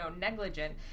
negligent